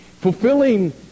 fulfilling